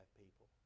people